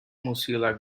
mozilla